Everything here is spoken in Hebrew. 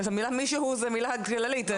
מישהו זאת מילה כללית.